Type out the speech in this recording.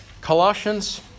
Colossians